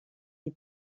des